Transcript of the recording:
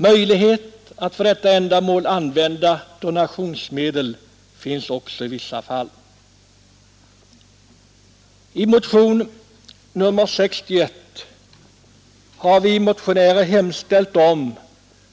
Möjlighet att för detta ändamål använda donationsmedel finns också i vissa fall. I motionen 61 har vi motionärer hemställt